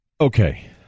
Okay